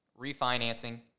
refinancing